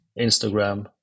Instagram